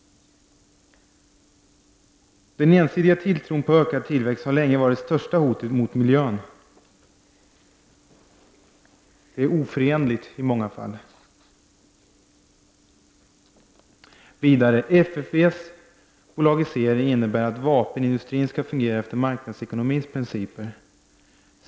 Den ensidiga tilltron till ökad tillväxt har länge varit det största hotet mot miljön. Att öka tillväxten och skydda miljön är i många fall oförenligt. FFVs bolagisering innebär att vapenindustrin skall fungera efter marknadsekonomins principer.